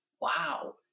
wow